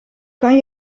kan